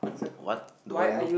what do I look